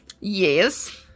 Yes